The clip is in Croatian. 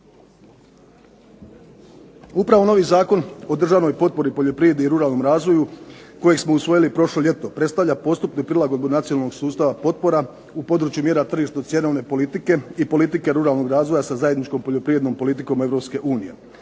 Upravo novi Zakon o državnoj potpori i poljoprivredi i ruralnom razvoju, kojeg smo usvojili prošlo ljeto predstavlja postupnu prilagodbu nacionalnog sustava potpora u području mjera tržištu cjenovne politike i politike ruralnog razvoja sa zajedničkom političkom politikom